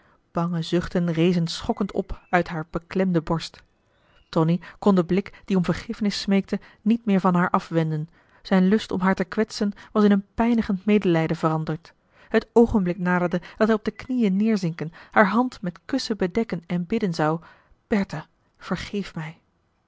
bange zuchten rezen schokkend op uit haar beklemde borst tonie kon den blik die om vergiffenis smeekte niet meer van haar afwenden zijn lust om haar te kwetsen was in een pijnigend medelijden veranderd het oogenblik naderde dat hij op de knieën neerzinken haar hand met kussen bedekken en bidden zou bertha vergeef mij